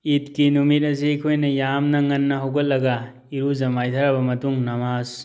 ꯏꯠꯀꯤ ꯅꯨꯃꯤꯠ ꯑꯁꯤ ꯑꯩꯈꯣꯏꯅ ꯌꯥꯝꯅ ꯉꯟꯅ ꯍꯧꯒꯠꯂꯒ ꯏꯔꯨꯖ ꯃꯥꯏꯊꯔꯕ ꯃꯇꯨꯡ ꯅꯃꯥꯁ